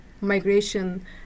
migration